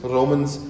Romans